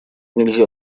нельзя